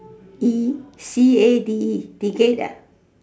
E C A D E decade ah